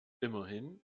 immerhin